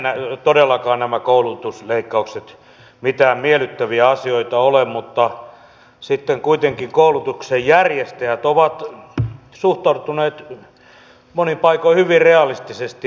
eiväthän todellakaan nämä koulutusleikkaukset mitään miellyttäviä asioita ole mutta sitten kuitenkin koulutuksen järjestäjät ovat suhtautuneet monin paikoin hyvin realistisesti